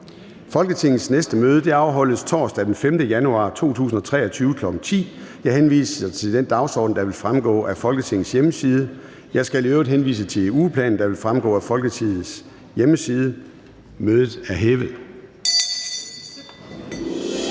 Folketingets næste møde afholdes torsdag den 5. januar 2023, kl. 10.00. Jeg henviser til den dagsorden, der vil fremgå af Folketingets hjemmeside. Jeg skal i øvrigt henvise til ugeplanen, der også vil fremgå af Folketingets hjemmeside. Mødet er hævet.